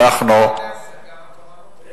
אנחנו, ב-22:00 חייבים לסגור.